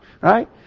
right